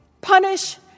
punish